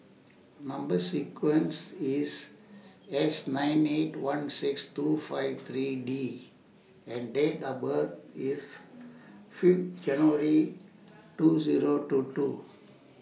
Number sequences IS S nine eight one six two five three D and Date of birth IS Fifth January two Zero two two